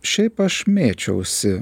šiaip aš mėčiausi